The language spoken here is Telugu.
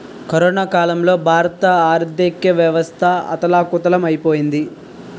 కరోనా కాలంలో భారత ఆర్థికవ్యవస్థ అథాలకుతలం ఐపోయింది